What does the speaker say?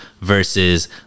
versus